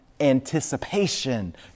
anticipation